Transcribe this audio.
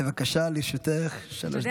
בבקשה, לרשותך שלוש דקות.